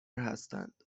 هستند